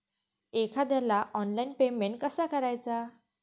एखाद्याला online payment कसा करायचा?